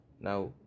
Now